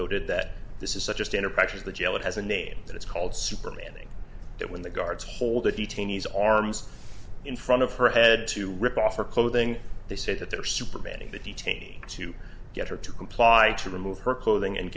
noted that this is such a standard practice the jail it has a name and it's called super manning that when the guards hold the detainees arms in front of her head to rip off her clothing they say that they're superman and the detainee to get her to comply to remove her clothing and